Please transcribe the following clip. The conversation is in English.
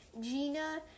gina